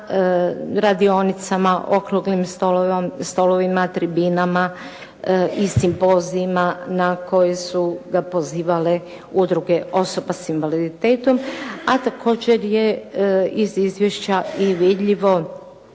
radionicama, okruglim stolovima, tribinama i simpozijima na koje su ga pozivale udruge osoba s invaliditetom, a također je iz izvješća i vidljivo